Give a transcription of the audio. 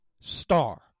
star